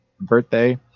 birthday